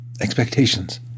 expectations